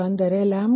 ಅಂದರೆ λ146